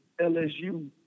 LSU